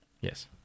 Yes